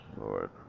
Lord